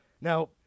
Now